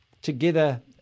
together